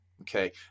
Okay